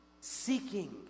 seeking